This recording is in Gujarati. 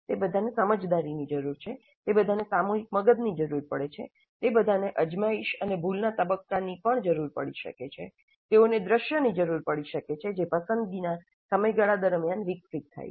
તે બધાને સમજદારીની જરૂર છે તે બધાને સામૂહિક મગજની જરૂર પડે છે તે બધાને અજમાયશ અને ભૂલના તબક્કાની પણ જરૂર પડી શકે છે તેઓને દૃશ્યોની જરૂર પડી શકે છે જે પસંદગીના સમયગાળા દરમિયાન વિકસિત થાય છે